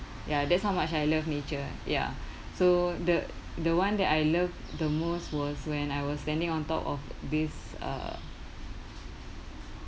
ya that's how much I love nature ya so the the one that I love the most was when I was standing on top of this uh